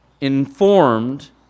informed